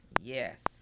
Yes